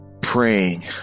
praying